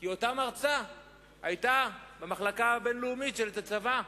כי אותה מרצה היתה במחלקה הבין-לאומית בצבא.